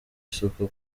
isuku